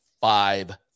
five